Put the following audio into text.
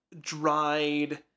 dried